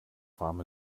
warme